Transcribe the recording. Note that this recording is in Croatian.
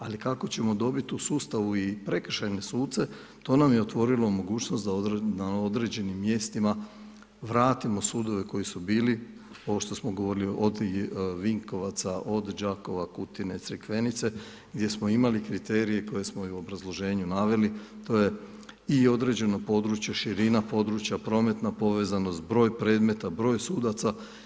Ali kako ćemo dobiti u sustavu i prekršajne suce, to nam je otvorilo mogućnost da na određenim mjestima vratimo sudove koji su bili, ovo što su govorili od Vinkovaca, od Đakova, Kutine, Crkvenice gdje smo imali kriterije koje smo i u obrazloženju naveli, to je i određeno područje, širina područja, prometna povezanost, broj predmeta, broj sudaca.